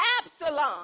Absalom